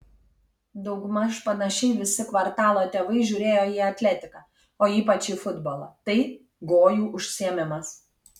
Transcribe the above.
daugmaž panašiai visi kvartalo tėvai žiūrėjo į atletiką o ypač į futbolą tai gojų užsiėmimas